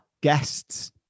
Guests